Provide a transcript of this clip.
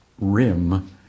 rim